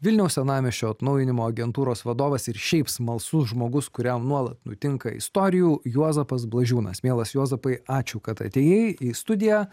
vilniaus senamiesčio atnaujinimo agentūros vadovas ir šiaip smalsus žmogus kuriam nuolat nutinka istorijų juozapas blažiūnas mielas juozapai ačiū kad atėjai į studiją